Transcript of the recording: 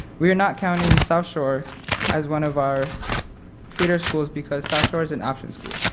we are not counting south shore as one of our feeder schools because south shore is an option school.